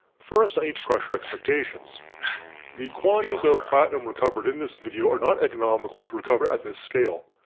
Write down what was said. first, i need to crush your expectations the quantities of platinum recovered in this video are not economical to recover at this scale.